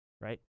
Right